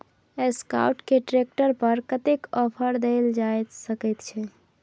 Escort के ट्रैक्टर पर कतेक ऑफर दैल जा सकेत छै?